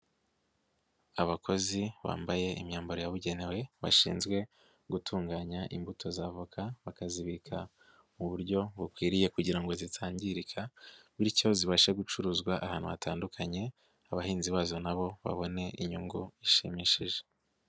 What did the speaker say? Abakozi bambaye imyambaro yabugenewe, bashinzwe gutunganya imbuto z'avoka, bakazibika mu buryo bukwiriye kugira ngo zitangirika, bityo zibashe gucuruzwa ahantu hatandukanye, abahinzi bazo na bo babone inyungu ishimishije.